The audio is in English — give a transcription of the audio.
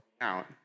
out